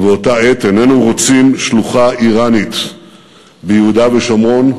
ובאותה עת איננו רוצים שלוחה איראנית ביהודה ושומרון,